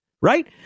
right